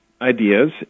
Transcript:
ideas